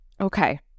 Okay